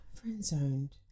Friend-zoned